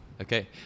Okay